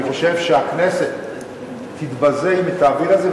אני חושב שהכנסת תתבזה אם היא תעביר את זה,